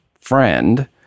friend